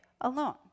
alone